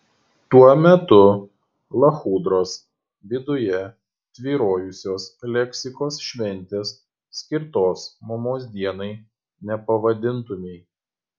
tuo metu lachudros viduje tvyrojusios leksikos šventės skirtos mamos dienai nepavadintumei